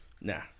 nah